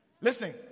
Listen